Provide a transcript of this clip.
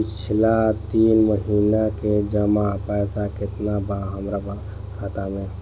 पिछला तीन महीना के जमा पैसा केतना बा हमरा खाता मे?